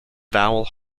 vowel